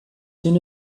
soon